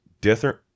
different